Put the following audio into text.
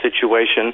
situation